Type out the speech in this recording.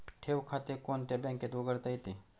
ठेव खाते कोणत्या बँकेत उघडता येते?